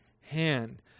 hand